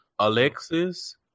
Alexis